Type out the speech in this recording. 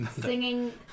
Singing